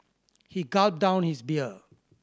he gulped down his beer